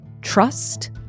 trust